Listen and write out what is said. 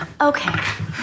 Okay